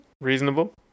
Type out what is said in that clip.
Reasonable